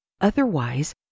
Otherwise